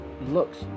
looks